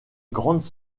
grande